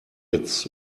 its